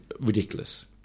ridiculous